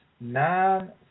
nine